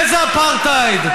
איזה אפרטהייד?